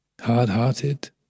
hard-hearted